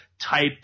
type